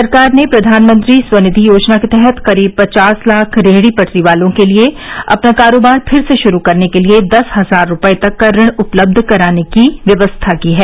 सरकार ने प्रधानमंत्री स्व निधि योजना के तहत करीब पचास लाख रेहड़ी पटरी वालों के लिए अपना कारोबार फिर से शुरू करने के लिए दस हजार रुपए तक का ऋण उपलब्ध कराने की व्यवस्था की है